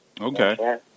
Okay